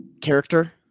character